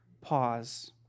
Pause